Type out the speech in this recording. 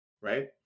right